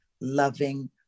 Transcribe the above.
loving